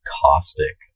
caustic